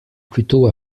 plutôt